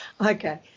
Okay